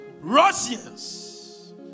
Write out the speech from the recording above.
Russians